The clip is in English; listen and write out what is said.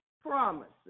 promises